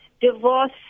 divorce